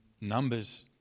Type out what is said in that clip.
Numbers